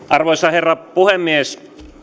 arvoisa herra puhemies